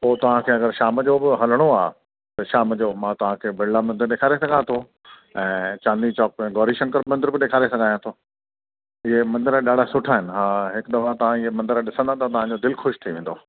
पोइ तव्हांखे अगरि शाम जो पोइ हलिणो आहे त शाम जो मां तव्हां खे बिरला मंदरु ॾेखारे सघां थो ऐं चांदनी चौक में गौरी शंकर मंदर बि ॾेखारे सघां थो ईअं मंदरु ॾाढा सुठा आहिनि हिकु दफ़ो तव्हां ईअं मंदरु ॾिसंदा त तव्हां जो दिलि ख़ुशि थी वेंदो